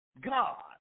God